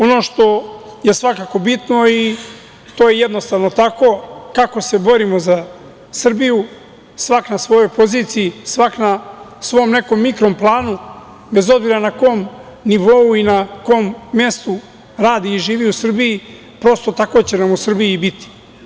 Ono što je svakako bitno i to je jednostavno tako, kako se borimo za Srbiju, svako na svojoj poziciji, svako na svom nekom mikro planu, bez obzira na kom nivou i na kom mestu radi i živi u Srbiji, prosto, tako će nam u Srbiji biti.